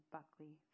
Buckley